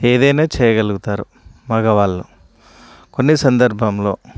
ఏదైనా చేయగలుగుతారు మగవాళ్ళు కొన్ని సందర్భంలో